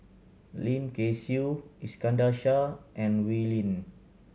Lim Kay Siu Iskandar Shah and Wee Lin